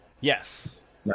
Yes